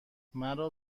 مرا